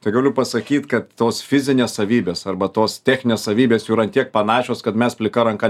tai galiu pasakyt kad tos fizinės savybės arba tos techninės savybės jau yra ant tiek panašios kad mes plika ranka